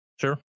Sure